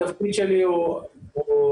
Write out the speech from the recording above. התפקיד שלי הוא טב"ק,